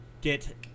get